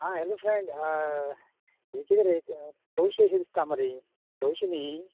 हां hello friend यें कितें रे तोवशी दिसता मरे हीं तोवशी न्ही ही